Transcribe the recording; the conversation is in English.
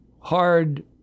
hard